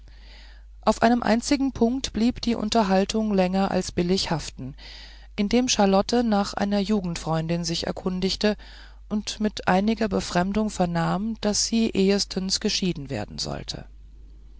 auf einem einzigen punkt blieb die unterhaltung länger als billig haften indem charlotte nach einer jugendfreundin sich erkundigte und mit einiger befremdung vernahm daß sie ehstens geschieden werden sollte